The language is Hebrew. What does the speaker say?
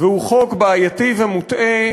והוא חוק בעייתי ומוטעה